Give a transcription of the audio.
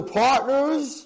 partners